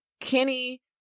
Kenny